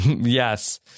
Yes